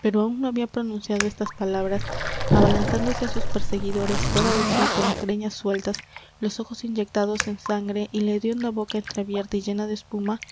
pero aún no había pronunciado estas palabras abalanzándose á sus perseguidores fuera de sí con las greñas sueltas los ojos inyectados en sangre y la hedionda boca entreabierta y llena de espuma